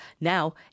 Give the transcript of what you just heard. Now